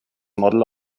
model